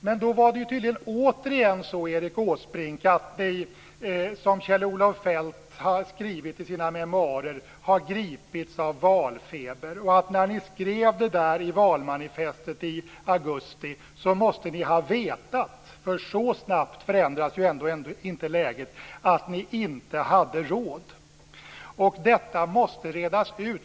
Men då är det ju tydligen återigen så, Erik Åsbrink, att ni, som Kjell-Olof Feldt har skrivit i sina memoarer, har gripits av valfeber. När ni skrev det där i valmanifestet i augusti måste ni ha vetat - så snabbt förändras ju ändå inte läget - att ni inte hade råd. Detta måste redas ut!